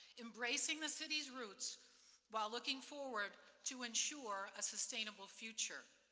embracing the city's roots while looking forward to ensure a sustainable future.